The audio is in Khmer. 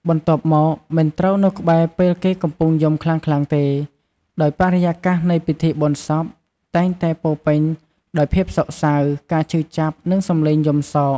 បន្ទាប់មក មិនត្រូវនៅក្បែរពេលគេកំពុងយំខ្លាំងៗទេ ដោយបរិយាកាសនៃពិធីបុណ្យសពតែងតែពោរពេញដោយភាពសោកសៅ ការឈឺចាប់ និងសំឡេងយំសោក។